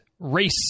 race